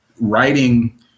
writing